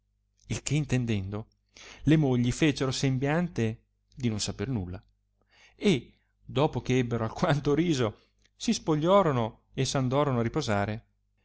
il che intendendo le mogli fecero sembiante di non saper nulla e dopo che ebbero alquanto riso si spogliorono e s andorono a riposare